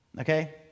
Okay